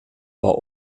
war